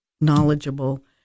knowledgeable